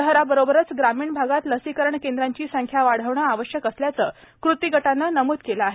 शहराबरोबरच ग्रामीण भागात लसीकरण केंद्रांची संख्या वाढवणं आवश्यक असल्याचं कृती गटानं नमूद केलं आहे